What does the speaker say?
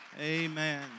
Amen